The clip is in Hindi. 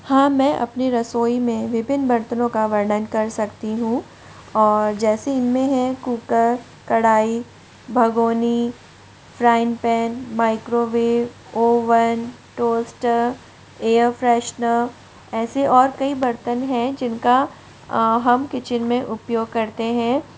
हाँ मैं अपनी रसोई में विभिन्न बर्तनों का वर्णन कर सकती हूँ और जैसे इनमें है कुकर कढ़ाई भगौनी frying pan microwave oven toaster air freshener ऐसे और कई बर्तन हैं जिनका हम किचिन में उपयोग करते हैं